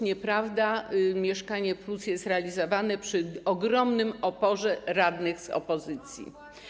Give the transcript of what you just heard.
Nieprawda, „Mieszkanie+” jest realizowane przy ogromnym oporze radnych z opozycji.